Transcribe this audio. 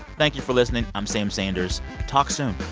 thank you for listening. i'm sam sanders. talk soon